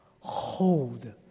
Hold